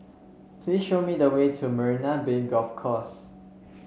please show me the way to Marina Bay Golf Course